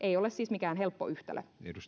ole siis mikään helppo yhtälö